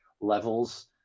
levels